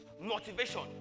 motivation